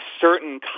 certain